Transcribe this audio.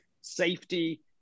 safety